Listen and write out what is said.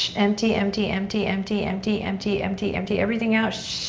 empty, empty, empty, empty, empty, empty, empty, empty everything out.